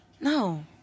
No